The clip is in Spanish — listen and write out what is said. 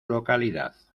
localidad